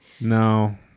No